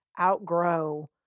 outgrow